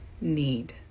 need